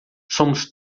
somos